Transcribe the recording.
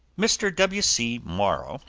mr. w c. morrow,